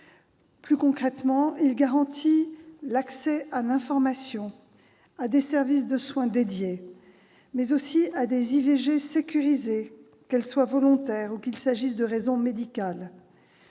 Plus concrètement, il assure l'accès à l'information, à des services de soins dédiés, mais aussi à des IVG sécurisées, qu'elles soient volontaires ou qu'il y aille de raisons médicales.